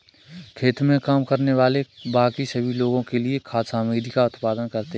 खेत में काम करने वाले बाकी सभी लोगों के लिए खाद्य सामग्री का उत्पादन करते हैं